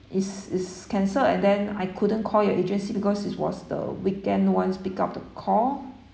it's it's cancelled and then I couldn't call your agency because it was the weekend no one's picked up the call